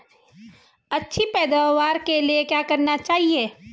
अच्छी पैदावार के लिए क्या किया जाना चाहिए?